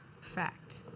fact